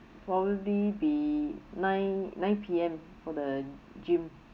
probably be nine nine P_M for the gym